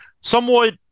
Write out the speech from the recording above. somewhat